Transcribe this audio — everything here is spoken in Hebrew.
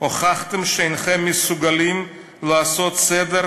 הוכחתם שאינכם מסוגלים לעשות סדר,